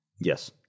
Yes